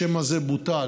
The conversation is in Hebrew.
השם הזה בוטל,